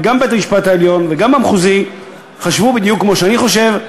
וגם בית-המשפט העליון וגם המחוזי חשבו בדיוק כמו שאני חושב,